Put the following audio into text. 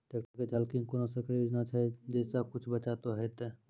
Tractor के झाल किंग कोनो सरकारी योजना छ जैसा कुछ बचा तो है ते?